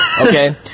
okay